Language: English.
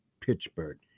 Pittsburgh